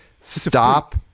stop